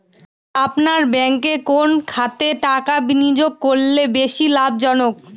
আপনার ব্যাংকে কোন খাতে টাকা বিনিয়োগ করলে বেশি লাভজনক?